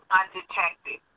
undetected